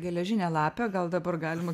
geležinę lapę gal dabar galima